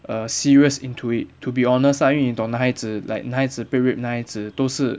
uh serious into it to be honest ah 因为你懂男孩子 like 男孩子被 rape 男孩子都是